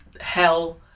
hell